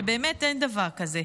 שבאמת אין דבר כזה.